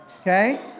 okay